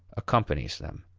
accompanies them.